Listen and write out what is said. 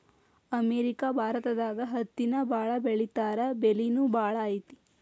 America ಭಾರತದಾಗ ಹತ್ತಿನ ಬಾಳ ಬೆಳಿತಾರಾ ಬೆಲಿನು ಬಾಳ ಐತಿ